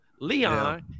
Leon